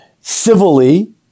civilly